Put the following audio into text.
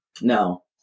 No